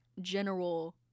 general